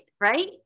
right